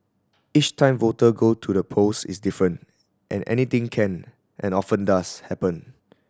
each time voter go to the polls is different and anything can and often does happen